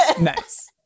Nice